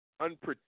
unpredictable